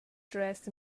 dressed